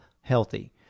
healthy